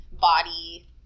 body